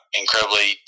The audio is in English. incredibly